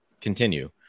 continue